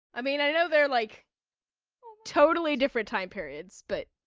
i mean, i know they're like totally different time periods, but,